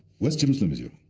west jerusalem is your